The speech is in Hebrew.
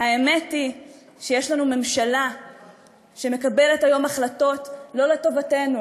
האמת היא שיש לנו ממשלה שמקבלת היום החלטות לא לטובתנו.